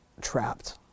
trapped